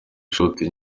ishoti